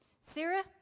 Sarah